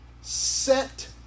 Set